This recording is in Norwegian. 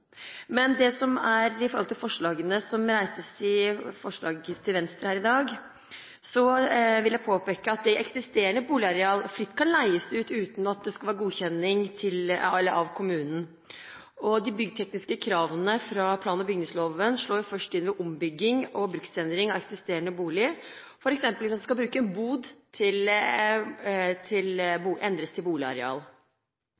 Venstre, vil jeg påpeke at eksisterende boligareal fritt kan leies ut uten godkjenning av kommunen. De byggtekniske kravene i plan- og bygningsloven slår først inn ved ombygging og bruksendring av eksisterende bolig, f.eks. hvis en bod skal endres til boligareal. De byggtekniske kravene skal da selvfølgelig i utgangspunktet følges. Poenget med å ha disse kravene til